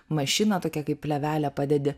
mašiną tokią kaip plėvelę padedi